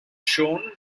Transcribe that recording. shown